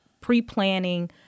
pre-planning